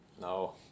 No